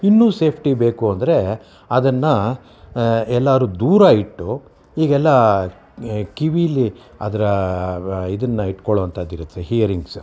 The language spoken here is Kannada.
ಇನ್ನೂ ಸೇಫ್ಟಿ ಬೇಕು ಅಂದರೆ ಅದನ್ನು ಎಲ್ಲಾದ್ರೂ ದೂರ ಇಟ್ಟು ಈಗೆಲ್ಲ ಕಿವೀಲಿ ಅದರ ಇದನ್ನು ಇಟ್ಕೊಳೋವಂತದ್ದಿರುತ್ತೆ ಹಿಯರಿಂಗ್ಸು